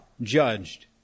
judged